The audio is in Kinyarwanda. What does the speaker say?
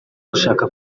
gushaka